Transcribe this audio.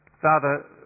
Father